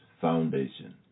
Foundation